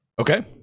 Okay